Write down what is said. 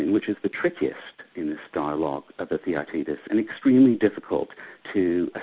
which is the trickiest in this dialogue, the theaetetus, and extremely difficult to